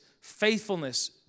faithfulness